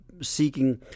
seeking